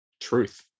truth